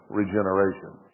regeneration